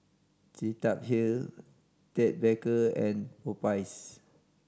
Cetaphil Ted Baker and Popeyes